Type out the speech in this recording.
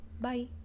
Bye